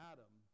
Adam